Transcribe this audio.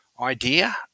idea